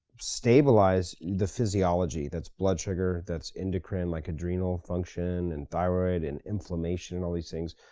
stabilize the physiology, that's blood sugar, that's endocrine, like adrenal function, and thyroid, and inflammation and all these things.